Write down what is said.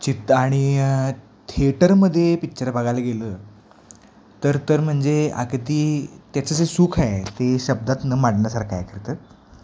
चित आणि थेटरमध्ये पिच्चर बघायला गेलं तर तर म्हणजे अगदी त्याचं जे सुख आहे ते शब्दात न मांडण्यासारखं आहे खरं तर